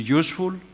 useful